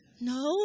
No